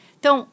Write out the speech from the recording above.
Então